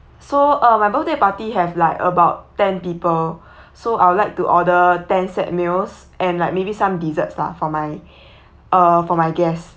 so uh my birthday party have like about ten people so I would like to order ten set meals and like maybe some desserts lah for my uh for my guests